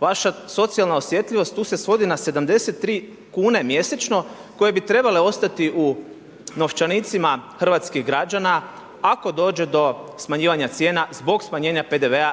Vaša socijalna osjetljivost tu se svodi na 73 kune mjesečno koje bi trebale ostati u novčanicima hrvatskih građana ako dođe do smanjivanja cijena zbog smanjenja PDV-a